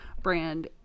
brand